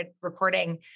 recording